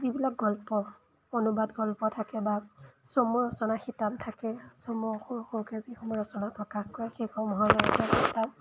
যিবিলাক গল্প অনুবাদ গল্প থাকে বা চমু ৰচনা শিতান থাকে চমু সৰু সৰুকৈ যিসমূহ ৰচনা প্ৰকাশ কৰে সেইসমূহৰ পাওঁ